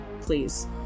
please